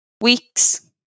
weeks